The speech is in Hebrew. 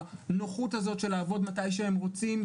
הנוחות הזאת של לעבוד מתי שהם רוצים,